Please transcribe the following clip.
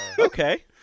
okay